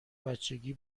بچگی